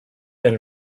and